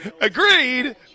Agreed